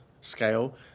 scale